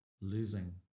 losing